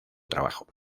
trabajo